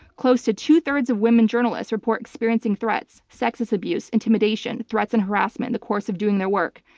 close to two-thirds of women journalists report experiencing threats, sexist abuse, intimidation, threats, and harassment in the course of doing their work.